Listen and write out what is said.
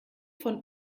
von